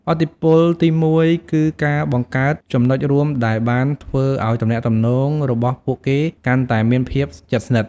ឥទ្ធិពលទីមួយគឺការបង្កើតចំណុចរួមដែលបានធ្វើឲ្យទំនាក់ទំនងរបស់ពួកគេកាន់តែមានភាពជិតស្និទ្ធ។